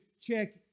check